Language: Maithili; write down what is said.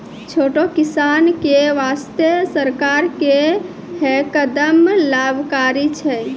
छोटो किसान के वास्तॅ सरकार के है कदम लाभकारी छै